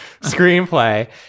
screenplay